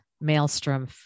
Maelstrom